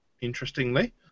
interestingly